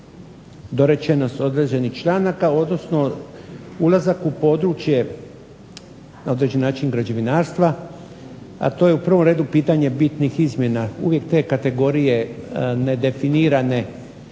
dorečenost određenih članaka, odnosno ulazak u područje na određeni način građevinarstva, a to je u prvom redu pitanje bitnih izmjena. Uvijek te kategorije nedefinirane